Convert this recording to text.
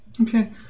Okay